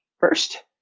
first